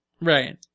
right